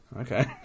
Okay